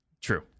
True